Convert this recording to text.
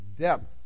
depth